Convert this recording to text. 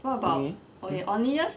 mmhmm mm